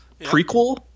prequel